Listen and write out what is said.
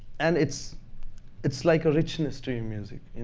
and it's it's like a richness to your music.